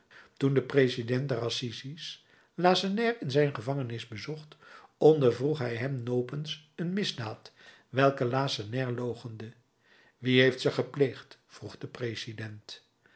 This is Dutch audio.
toen de president der assises lacenaire in zijn gevangenis bezocht ondervroeg hij hem nopens een misdaad welke lacenaire loochende wie heeft ze gepleegd vroeg de president